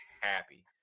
happy